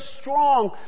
strong